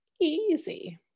easy